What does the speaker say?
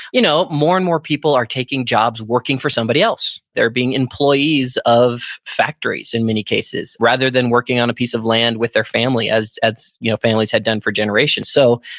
you know more and more people are taking jobs working for somebody else. they're being employees of factories in many cases, rather than working on a piece of land with their family, as as you know families had done for generations. so,